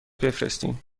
بفرستیم